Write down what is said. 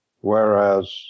whereas